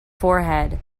forehead